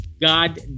god